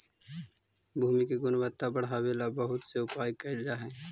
भूमि के गुणवत्ता बढ़ावे ला बहुत से उपाय कैल जा हई